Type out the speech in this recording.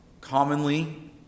commonly